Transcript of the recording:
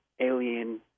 alien